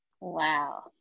Wow